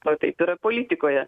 va taip yra politikoje